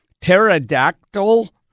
pterodactyl